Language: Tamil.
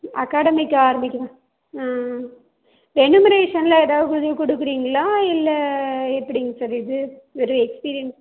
அகாடமிக்கி ஆரம்பிக்கிது ரெனிமிரேஷனில் எதாவது இது கொடுக்குறிங்களா இல்லை எப்படிங்க சார் இது வெறும் எக்ஸ்பிரியன்ஸ்